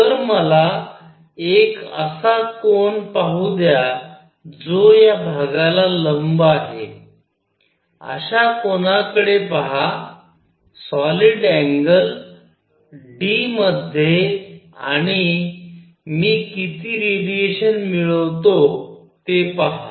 तर मला एक असा कोण पाहू द्या जो या भागाला लंब आहे अश्या कोनाकडे पहा सॉलिड अँगल d मध्ये आणि मी किती रेडिएशन मिळवतो ते पहा